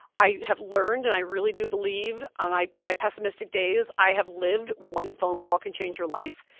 i have learned and i really do believe on i my pessimistic days i have lived one phone call can change your life.